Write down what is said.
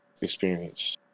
experience